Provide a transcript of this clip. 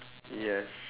yes